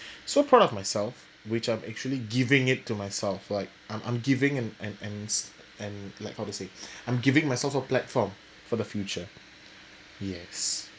so proud of myself which I'm actually giving it to myself like I'm I'm giving an an an and like how to say I'm giving myself a platform for the future yes